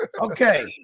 Okay